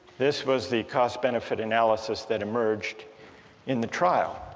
this was the cost benefit analysis that emerged in the trial,